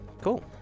Cool